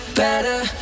better